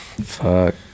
fuck